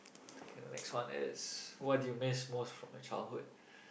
K the next one is what do you miss most from your childhood